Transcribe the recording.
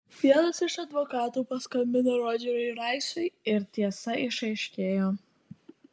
vienas iš advokatų paskambino rodžeriui raisui ir tiesa išaiškėjo